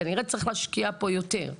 כנראה צריך להשקיע פה יותר.